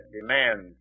demands